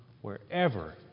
wherever